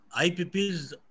IPPs